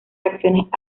reacciones